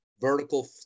vertical